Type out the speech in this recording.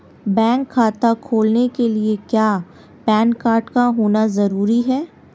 Bank खाता खोलने के लिए क्या पैन कार्ड का होना ज़रूरी है?